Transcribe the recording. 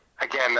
again